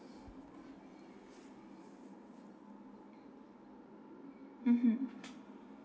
mmhmm